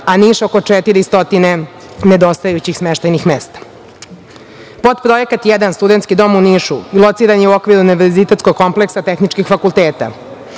a Niš oko 400 nedostajućih smeštajnih mesta. Potprojekat jedan studentski dom u Nišu lociran je u okviru univerzitetskog kompleksa tehničkih fakulteta.